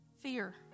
Fear